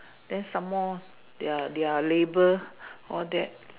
then some more their their labour all that